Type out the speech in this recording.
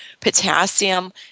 potassium